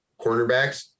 cornerbacks